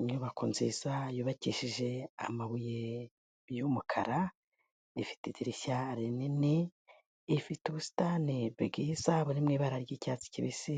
Inyubako nziza yubakishije amabuye y'umukara rifite idirishya rinini ifite ubusitani bwiza isa mu ibara ry'icyatsi kibisi